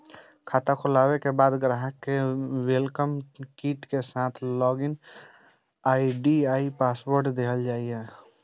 खाता खोलाबे के बाद ग्राहक कें वेलकम किट के साथ लॉग इन आई.डी आ पासवर्ड देल जाइ छै